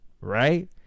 right